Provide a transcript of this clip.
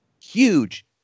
huge